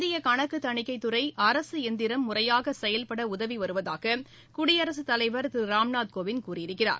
இந்திய கணக்கு தணிக்கைத்துறை அரசு எந்திரம் முறையாக செயல்பட உதவி வருவதாக குடியரசுத் தலைவா் திரு ராம்நாத் கோவிந்த் கூறயிருக்கிறார்